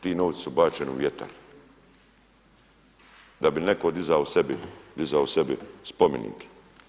Ti novci su bačeni u vjetar da bi netko dizao sebi spomenike.